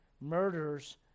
murders